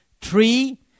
Three